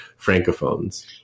Francophones